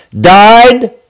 died